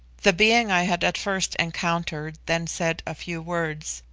the being i had at first encountered then said a few words,